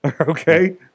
okay